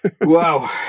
Wow